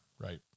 right